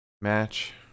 match